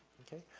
okay.